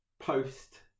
post